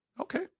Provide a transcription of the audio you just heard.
Okay